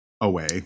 away